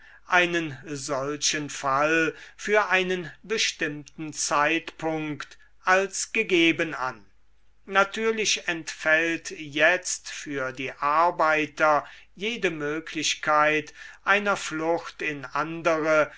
einen solchen fall für einen bestimmten zeitpunkt als gegeben an natürlich entfällt jetzt für die arbeiter jede möglichkeit einer flucht in andere